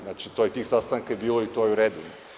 Znači tih sastanaka je bilo i to je u redu.